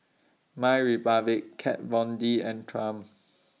MyRepublic Kat Von D and Triumph